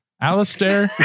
alistair